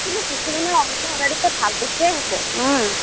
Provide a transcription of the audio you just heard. কিন্তু কিছুমানে অনলাইনত অৰ্ডাৰ দিছে ভাল বস্তুয়েই আহিছে